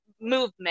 movement